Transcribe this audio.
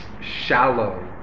shallow